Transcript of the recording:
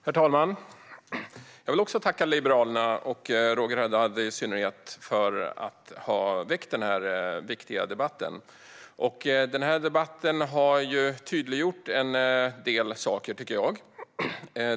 Herr talman! Jag vill också tacka Liberalerna, och i synnerhet Roger Haddad, för att ha tagit initiativ till denna viktiga debatt. Denna debatt har tydliggjort en del saker.